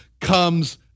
comes